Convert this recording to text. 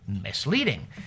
misleading